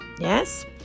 yes